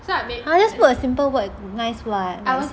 !huh! just put a simple word nice [what]